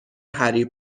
هری